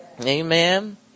Amen